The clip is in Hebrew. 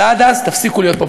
ועד אז תפסיקו להיות פופוליסטיים.